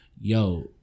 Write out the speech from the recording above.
yo